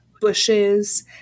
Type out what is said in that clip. bushes